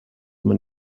man